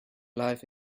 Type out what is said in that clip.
life